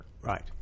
Right